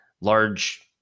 large